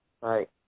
Right